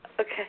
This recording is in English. Okay